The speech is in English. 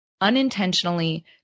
unintentionally